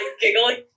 giggling